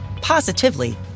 positively